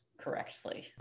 correctly